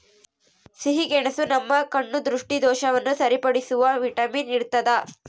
ಸಿಹಿಗೆಣಸು ನಮ್ಮ ಕಣ್ಣ ದೃಷ್ಟಿದೋಷವನ್ನು ಸರಿಪಡಿಸುವ ವಿಟಮಿನ್ ಇರ್ತಾದ